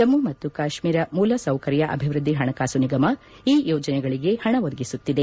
ಜಮ್ಮ ಮತ್ತು ಕಾಶ್ಮೀರ ಮೂಲ ಸೌಕರ್ಯ ಅಭಿವೃದ್ಧಿ ಪಣಕಾಸು ನಿಗಮ ಈ ಯೋಜನೆಗಳಿಗೆ ಪಣ ಒದಗಿಸುತ್ತಿದೆ